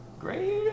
Great